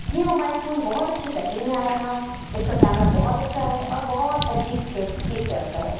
یہ mobile phone بہت اچھی پیکنگ میں آیا تھا اس کا کیمرا بہت اچھا ہے اور بہت ایچ ڈی پکچکز کلک کرتا ہے